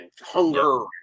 hunger